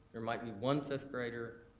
there might be one fifth grader,